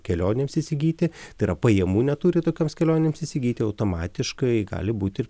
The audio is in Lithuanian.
kelionėms įsigyti tai yra pajamų neturi tokioms kelionėms įsigyti automatiškai gali būti ir